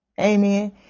Amen